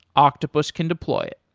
octopus can deploy it.